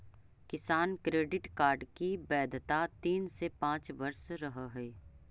किसान credit card की वैधता तीन से पांच वर्ष रहअ हई